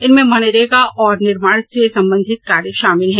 इनमें मनरेगा और निर्माण से संबंधित कार्य षामिल हैं